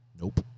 Nope